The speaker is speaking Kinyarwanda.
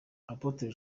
apotre